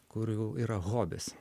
kurių yra hobis